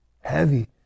heavy